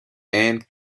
and